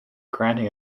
granting